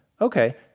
okay